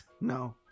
No